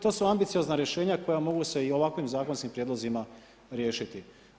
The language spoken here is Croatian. To su ambiciozna rješenja koja mogu se i ovakvim zakonskim prijedlozima riješiti.